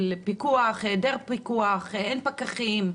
של היעדר פיקוח, אין פקחים.